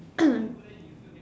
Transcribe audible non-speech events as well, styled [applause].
[coughs]